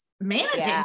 managing